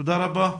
תודה רבה.